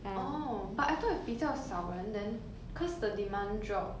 oh but I thought if 比较少人 then cause the demand drop